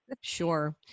Sure